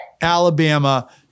Alabama